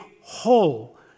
whole